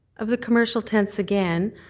of the commercial tents again,